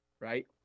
right